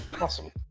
Awesome